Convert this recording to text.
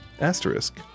asterisk